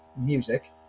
Music